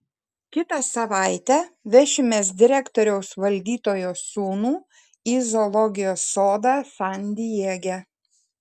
kitą savaitę vešimės direktoriaus valdytojo sūnų į zoologijos sodą san diege